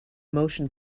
motion